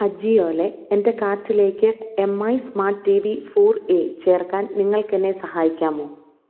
അജിയോയിലെ എന്റെ കാർട്ടിലേക്ക് M I smart T V four A ചേർക്കാൻ നിങ്ങൾക്കെന്നെ സഹായിക്കാമോ